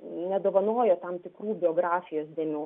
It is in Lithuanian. nedovanoja tam tikrų biografijos dėmių